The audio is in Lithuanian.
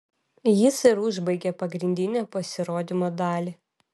jis ir užbaigė pagrindinę pasirodymo dalį